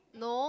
no